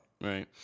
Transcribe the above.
right